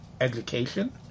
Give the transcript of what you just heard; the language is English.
education